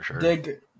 Dig